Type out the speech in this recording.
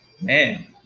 Man